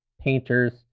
painters